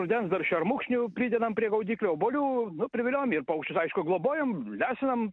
rudens dar šermukšnių pridedam prie gaudyklių obuolių nu priviliojam ir paukščius aišku globojam lesinam